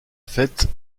fête